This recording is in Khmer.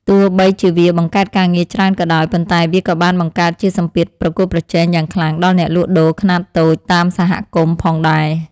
ទោះបីជាវាបង្កើតការងារច្រើនក៏ដោយ ប៉ុន្តែវាក៏បានបង្កើតជាសម្ពាធប្រកួតប្រជែងយ៉ាងខ្លាំងដល់អ្នកលក់ដូរខ្នាតតូចតាមសហគមន៍ផងដែរ។